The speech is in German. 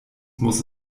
muss